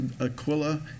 Aquila